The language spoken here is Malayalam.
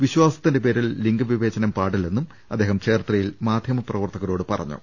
വിശ്വാസത്തിന്റെ പേരിൽ ലിംഗ വിവേചനം പാടില്ലെന്നും അദ്ദേഹം ചേർത്തലയിൽ മാധ്യമപ്രവർത്തകരോട് പറഞ്ഞു